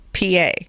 pa